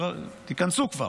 תיכנסו כבר,